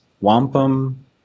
wampum